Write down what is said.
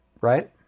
right